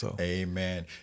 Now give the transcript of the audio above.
Amen